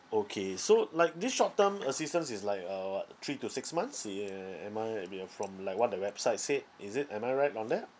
okay so like this short term assistance is like uh uh what three to six months uh ya am I I mean uh from like what the website said is it am I right on that